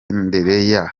ndereyehe